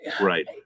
Right